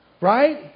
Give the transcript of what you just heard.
right